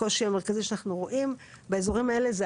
הקושי המרכזי שאנחנו רואים באזורים האלה,